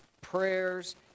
prayers